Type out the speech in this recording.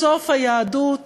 הרי בסוף, היהדות